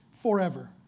forever